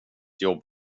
jobb